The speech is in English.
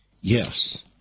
Yes